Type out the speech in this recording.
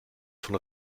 von